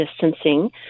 distancing